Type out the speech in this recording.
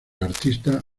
artista